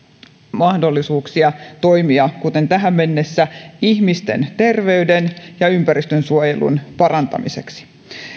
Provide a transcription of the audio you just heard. mahdollisuuksia toimia kuten tähän mennessä ihmisten terveyden ja ympäristönsuojelun parantamiseksi